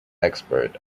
expert